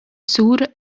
sur